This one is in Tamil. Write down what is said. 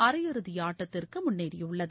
அரையிறுதி ஆட்டத்திற்கு முன்னேறியுள்ளது